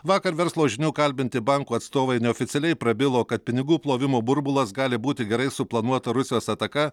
vakar verslo žinių kalbinti bankų atstovai neoficialiai prabilo kad pinigų plovimo burbulas gali būti gerai suplanuota rusijos ataka